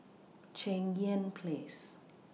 Cheng Yan Place